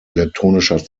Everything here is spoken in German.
elektronischer